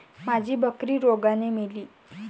माझी बकरी रोगाने मेली